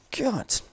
God